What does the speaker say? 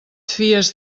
fies